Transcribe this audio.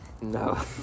no